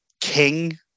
King